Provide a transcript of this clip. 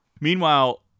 Meanwhile